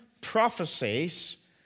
prophecies